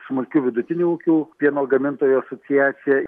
smulkių vidutinių ūkių pieno gamintojų asociacija